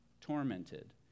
tormented